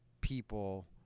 people